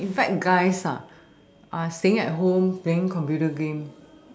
you know in fact guys ah are staying at home playing computer game